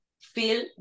feel